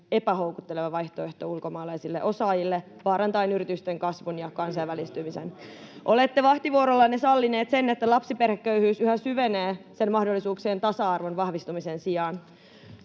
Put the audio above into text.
epähoukutteleva vaihtoehto ulkomaalaisille osaajille vaarantaen yritysten kasvun ja kansainvälistymisen. Olette vahtivuorollanne sallinut sen, että lapsiperheköyhyys yhä syvenee sen mahdollisuuksien tasa-arvon vahvistumisen sijaan.